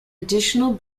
additional